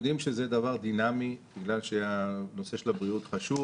אנחנו יודעים שזה דבר דינמי בגלל שהנושא של הבריאות חשוב